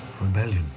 Rebellion